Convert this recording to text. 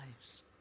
lives